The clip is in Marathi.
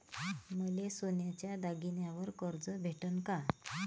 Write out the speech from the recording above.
मले सोन्याच्या दागिन्यावर कर्ज भेटन का?